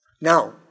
Now